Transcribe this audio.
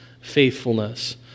faithfulness